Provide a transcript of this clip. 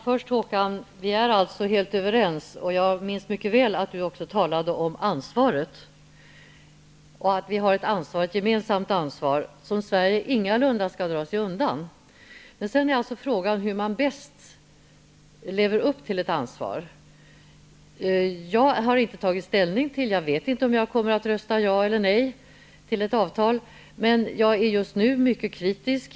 Herr talman! Vi är, Håkan Holmberg, helt överens; jag minns också mycket väl att Håkan Holmberg talade om ansvaret. Vi har ett gemensamt ansvar, som Sverige ingalunda skall dra sig undan. Men sedan är frågan hur man bäst lever upp till detta ansvar. Jag har inte tagit ställning -- jag vet inte om jag kommer att rösta ja eller nej till ett avtal, men jag är just nu mycket kritisk.